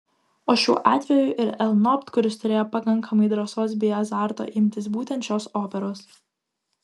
o šiuo atveju ir lnobt kuris turėjo pakankamai drąsos bei azarto imtis būtent šios operos